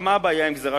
מה הבעיה עם גזירה